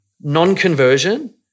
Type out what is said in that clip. non-conversion